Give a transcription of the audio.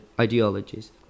ideologies